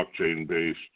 blockchain-based